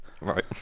Right